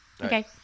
Okay